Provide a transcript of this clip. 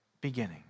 beginning